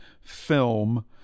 film